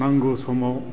नांगौ समाव